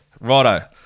Righto